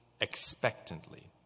expectantly